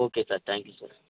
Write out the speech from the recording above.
okay sir thank you sir